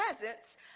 presence